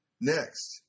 Next